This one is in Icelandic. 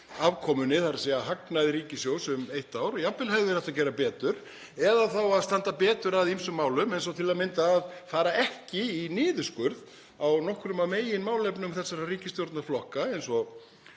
afkomunni, þ.e. hagnaði ríkissjóðs, um eitt ár og jafnvel hefði hún átt að gera betur eða þá að standa betur að ýmsum málum eins og til að mynda að fara ekki í niðurskurð í nokkrum af meginmálefnum þessara ríkisstjórnarflokka eins og